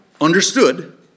understood